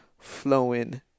flowing